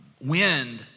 wind